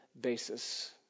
basis